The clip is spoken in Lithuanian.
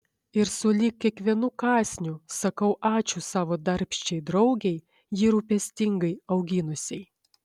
ir sulig kiekvienu kąsniu sakau ačiū savo darbščiai draugei jį rūpestingai auginusiai